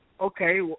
Okay